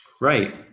Right